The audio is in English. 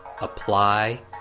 apply